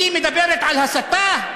היא מדברת על הסתה?